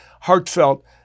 heartfelt